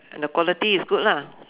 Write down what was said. the quality is good lah